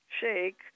shake